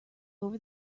over